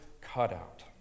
cutout